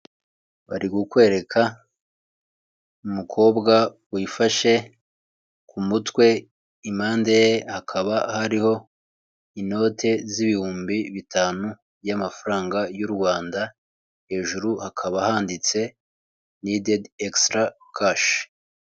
Bari ku kwereka umukobwa wifashe ku mutwe impande ye hakaba hariho inote z'ibihumbi bitanu y'amafaranga y'u Rwanda hejuru hakaba handitse nidi egisitara cashi.